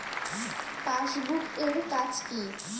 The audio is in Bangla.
পাশবুক এর কাজ কি?